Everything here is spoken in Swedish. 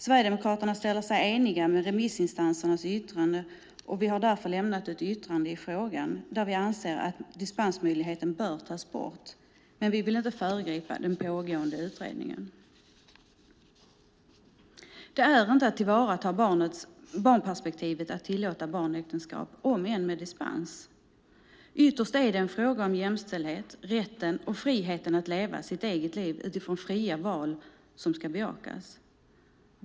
Sverigedemokraterna ställer sig eniga med remissinstansernas yttrande, och vi har därför lämnat ett yttrande i frågan där vi anser att dispensmöjligheten bör tas bort. Men vi vill inte föregripa den pågående utredningen. Det är inte att tillvarata barnperspektivet att tillåta barnäktenskap, om än med dispens. Ytterst är det jämställdhet och rätten och friheten att leva sitt eget liv utifrån fria val som ska bejakas.